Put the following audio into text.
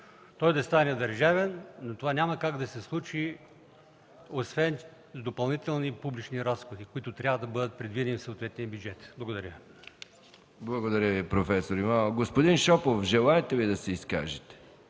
той да стане държавен, но това няма как да се случи, освен с допълнителни публични разходи, които трябва да бъдат предвидени в съответния бюджет. Благодаря. ПРЕДСЕДАТЕЛ МИХАИЛ МИКОВ: Благодаря Ви, проф. Имамов. Господин Шопов, желаете ли да се изкажете?